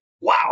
wow